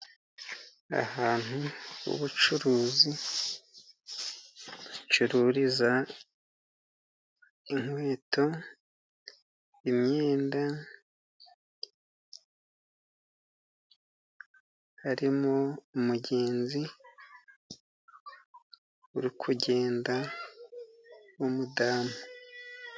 Ahantu h'ubucuruzi, bacururiza inkweto, imyenda harimo umugenzi uri kugenda w'umudamu.